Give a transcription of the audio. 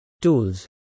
Tools